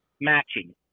matching